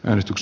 äänestys